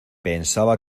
pensaba